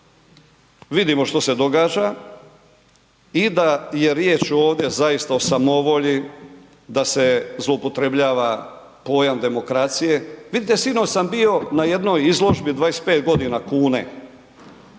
vidimo što se događa i da je riječ ovdje zaista o samovolji da se zloupotrjebljava pojam demokracije. Vidite sinoć sam bio na jednoj izložbi 25 godina kune,